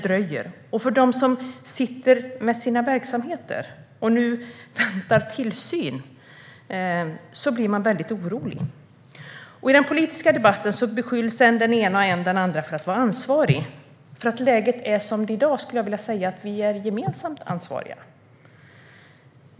De som har verksamheter som väntar tillsyn blir nu väldigt oroliga. I den politiska debatten beskylls än den ena, än den andra för att vara ansvarig. För det läge som råder i dag skulle jag vilja säga att vi är gemensamt ansvariga.